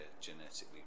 genetically